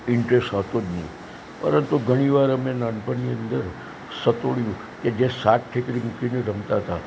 interest હતો જ નહીં પરંતુ ઘણી વાર અમે નાનપણની અંદર સતોડિયું કે જે સાત ઠીકરી મૂકીને રમતા હતા